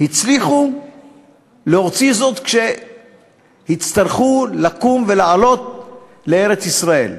הצליחו להוציא זאת כשהצטרכו לקום ולעלות לארץ-ישראל.